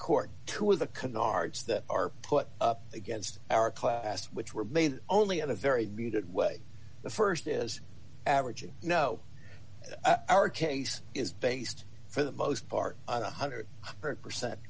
court to the canards that are put up against our class which were made only in a very muted way the st is average you know our case is based for the most part one hundred percent